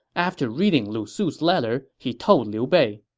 after reading lu su's letter, he told liu bei,